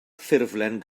ffurflen